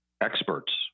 experts